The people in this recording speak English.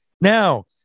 Now